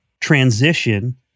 transition